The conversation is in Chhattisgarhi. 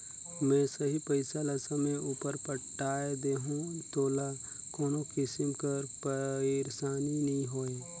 में सही पइसा ल समे उपर पटाए देहूं तोला कोनो किसिम कर पइरसानी नी होए